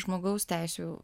žmogaus teisių